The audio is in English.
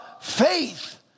faith